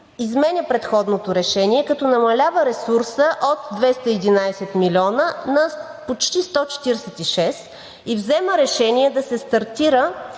...изменя предходното решение, като намалява ресурса от 211 милиона на почти 146 и взема решение да се стартира